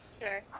Sure